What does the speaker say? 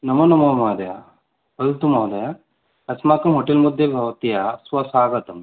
नमो नमः महोदये वदतु महोदये अस्माकं होटेल् मध्ये भवत्याः सुस्वागतं